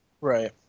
Right